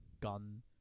gun